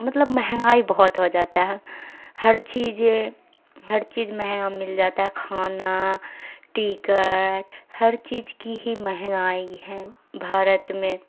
مطلب مہنگائی بہت ہو جاتا ہے ہر چیز ہر چیز مہنگا مل جاتا ہے کھانا ٹکٹ ہر چیز کی ہی مہنگائی ہے بھارت میں